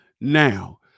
Now